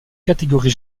catégorie